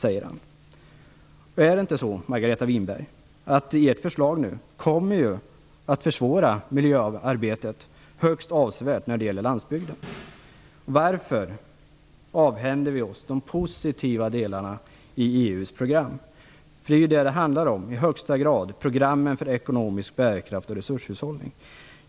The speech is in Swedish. Är det inte så, Margareta Winberg, att ert förslag kommer att försvåra miljöarbetet högst avsevärt när det gäller landsbygden? Varför avhänder vi oss de positiva delarna i EU:s program? Det handlar ju i högsta grad om det, i programmen för ekonomisk bärkraft och resurshushållning.